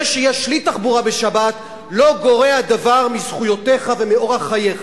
זה שיש לי תחבורה בשבת לא גורע דבר מזכויותיך ומאורח חייך.